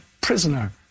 prisoner